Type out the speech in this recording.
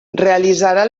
realitzarà